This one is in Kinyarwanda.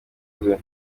rwe